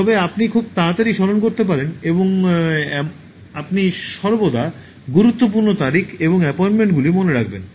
তবে আপনি খুব তাড়াতাড়ি স্মরণ করতে পারেন এবং আপনি সর্বদা গুরুত্বপূর্ণ তারিখ এবং অ্যাপয়েন্টমেন্টগুলি মনে রাখবেন